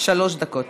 שלוש דקות.